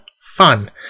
fun